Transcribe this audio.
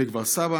בכפר סבא,